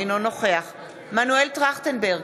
אינו נוכח מנואל טרכטנברג,